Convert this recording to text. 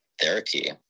therapy